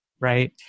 Right